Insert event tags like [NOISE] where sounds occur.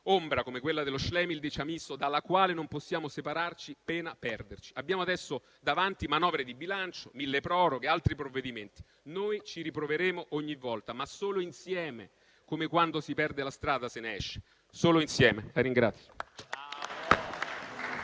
ombra, come quella dello Schlemihl di Chamisso, dalla quale non possiamo separarci, pena perderci. Abbiamo adesso davanti manovre di bilancio, milleproroghe e altri provvedimenti. Noi ci riproveremo ogni volta, ma solo insieme, come quando si perde la strada, se ne esce solo insieme. [APPLAUSE]